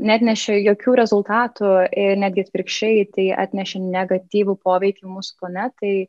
neatnešė jokių rezultatų ir netgi atvirkščiai tai atnešė negatyvų poveikį mūsų planetai